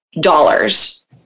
dollars